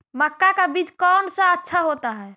मक्का का बीज कौन सा अच्छा होता है?